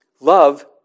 Love